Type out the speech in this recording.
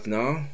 now